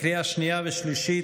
לקריאה שנייה ולקריאה שלישית,